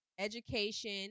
education